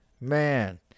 Man